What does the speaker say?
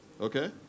Okay